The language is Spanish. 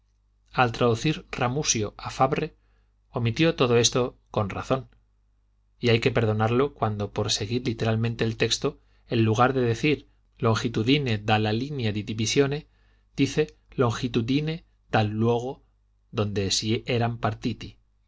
al traducir ramusio a fabre omitió todo esto con razón y hay que perdonarle cuando por seguir literalmente el texto en lugar de decir longitudine dalla linea di divisione dice longitudine dal luogo donde si eran partiti